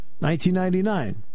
1999